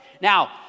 Now